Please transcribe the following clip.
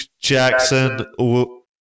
Jackson